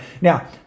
now